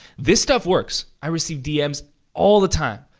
this stuff works. i receive dms all the time.